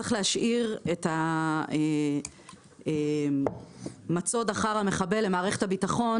צריך להשאיר את המצוד אחר המחבל למערכת הביטחון